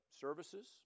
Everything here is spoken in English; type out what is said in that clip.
services